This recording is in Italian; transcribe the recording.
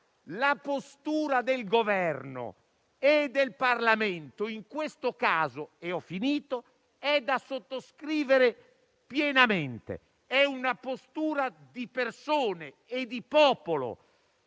la postura del Governo e del Parlamento, in questo caso, è da sottoscrivere pienamente; è una postura di persone e di popolo